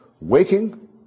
waking